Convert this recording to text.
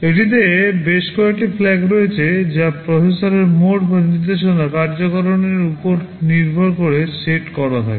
এটিতে বেশ কয়েকটি FLAG রয়েছে যা প্রসেসরের মোড বা নির্দেশনা কার্যকরকরণের উপর নির্ভর করে সেট করা থাকে